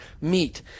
meet